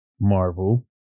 Marvel